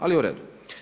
Ali u redu.